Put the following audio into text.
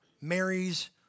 marries